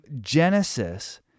Genesis